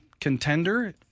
contender